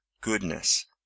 goodness